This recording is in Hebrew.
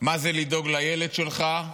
מה זה לדאוג לילד שלך,